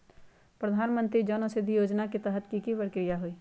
प्रधानमंत्री जन औषधि योजना के तहत की की प्रक्रिया होई?